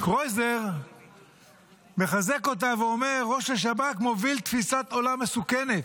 קרויזר מחזק אותה ואומר: ראש השב"כ מוביל תפיסת עולם מסוכנת.